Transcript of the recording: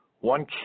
One